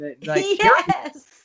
Yes